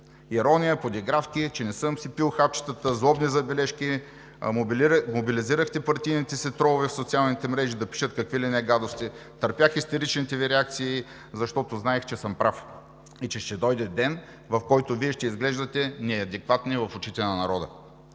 ирония, подигравки, че не съм си пил хапчетата, злобни забележки, мобилизирахте партийните си тролове в социалните мрежи да пишат какви ли не гадости, търпях истеричните Ви реакции, защото знаех, че съм прав и че ще дойде ден, в който Вие ще изглеждате неадекватни в очите на народа.